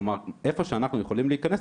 כלומר איפה שאנחנו יכולים להיכנס,